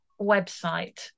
website